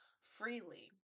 freely